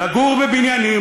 לגור בבניינים,